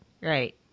right